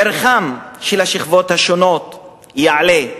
ערכן של השכבות השונות יעלה,